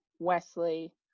Wesley